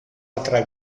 altra